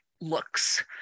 looks